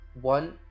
one